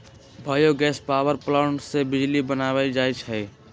bio gas power plant से बिजली बनाएल जाइ छइ